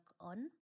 on